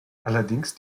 allerdings